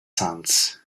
sands